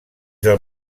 del